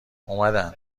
اومدن